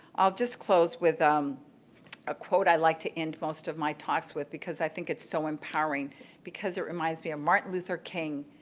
i'll just close with um a quote i like to end most of my talks with because i think it's so empowering because it reminds me of martin luther king.